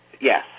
Yes